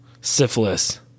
syphilis